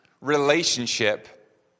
relationship